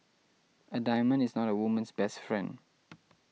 a diamond is not a woman's best friend